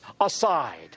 aside